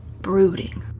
brooding